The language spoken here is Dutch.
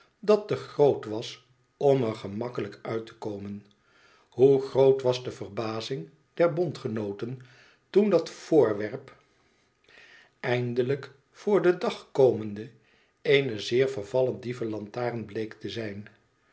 dat te groot was om er gemakkelijk uit te komen hoe groot was de verbazing der bondgenooten toen dat voorwerp eindelijk voorden dag komende eene zeer vervallen die venlantaren bleek te zijn